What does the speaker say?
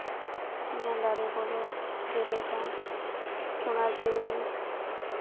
ᱚᱱᱟ ᱫᱟᱨᱮ ᱠᱚᱫᱚ ᱡᱮᱞᱮᱠᱟ ᱥᱳᱱᱟᱡᱷᱩᱨᱤ